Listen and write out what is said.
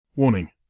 Warning